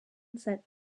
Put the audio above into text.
set